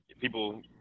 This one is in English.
people